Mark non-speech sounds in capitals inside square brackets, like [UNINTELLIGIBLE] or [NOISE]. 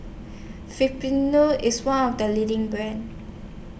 [UNINTELLIGIBLE] IS one of The leading brands